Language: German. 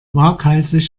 waghalsig